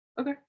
Okay